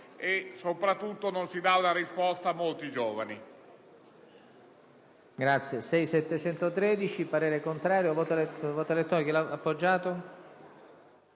e, soprattutto, non si dà risposta a molti giovani.